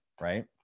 Right